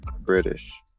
British